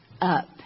up